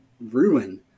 ruin